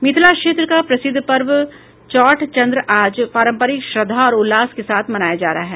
मिथिला क्षेत्र का प्रसिद्ध पर्व चौठ चंद्र आज पारंपरिक श्रद्धा और उल्लास के साथ मनाया जा रहा है